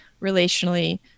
relationally